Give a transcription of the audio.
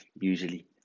usually